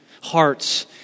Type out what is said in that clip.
hearts